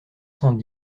cent